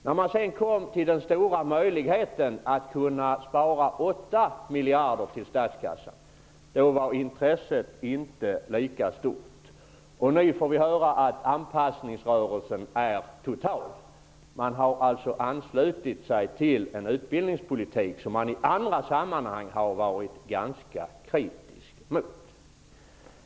När de sedan kom till den stora möjligheten att kunna spara 8 miljarder till statskassan var intresset inte lika stort. Nu får vi höra att anpassningsrörelsen är total. De har alltså anslutit sig till en utbildningspolitik som de i andra sammanhang har varit ganska kritisk mot.